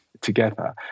together